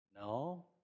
no